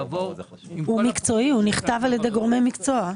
הוא מקצועי נכתב על ידי גורמי מקצוע.